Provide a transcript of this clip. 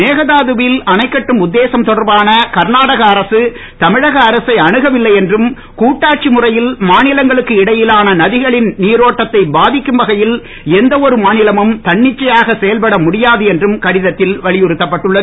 மேகதாது வில் அணை கட்டும் உத்தேசம் தொடர்பாக கர்நாடகா அரசு தமிழக அரசை அணுகவில்லை என்றும் கூட்டாட்சி முறையில் மாநிலங்களுக்கு இடையிலான நதிகளின் நீரோட்டத்தை பாதிக்கும் வகையில் எந்தவொரு மாநிலமும் தன்னிச்சையாக செயல்பட முடியாது என்றும் கடிதத்தில் வலியுறுத்தப்பட்டுள்ளது